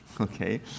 Okay